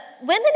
women